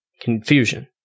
confusion